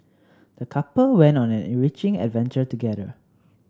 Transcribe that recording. the couple went on an enriching adventure together